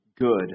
good